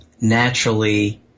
naturally